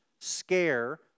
scare